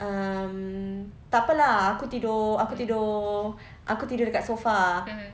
um takpe lah aku tidur aku tidur aku tidur kat sofa